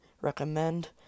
recommend